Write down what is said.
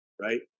Right